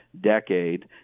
decade